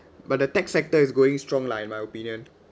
but the tech sector is going strong like my opinion